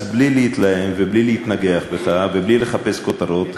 אז בלי להתלהם ובלי להתנגח ובלי לחפש כותרות.